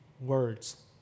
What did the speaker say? words